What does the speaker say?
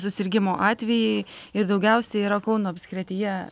susirgimo atvejai ir daugiausiai yra kauno apskrityje